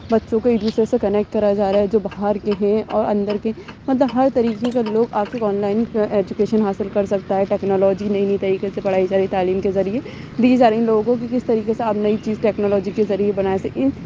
بچوں کو ایک دوسرے سے کنیکٹ کرا جا رہا ہے جو باہر کے ہیں اور اندر کے مطلب ہر طریقے کے لوگ آکے آن لائن ایجوکیشن حاصل کر سکتا ہے ٹیکنالوجی نئی نئی طریقے سے پڑھائی جا رہی ہے تعلیم کے ذریعے دی جا رہی ہے ان لوگوں کو کہ کس طریقے سے آپ نئی چیز ٹیکنالوجی کے ذریعے بنا سکیں